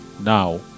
now